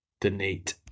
donate